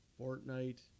Fortnite